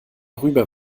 rüber